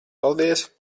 paldies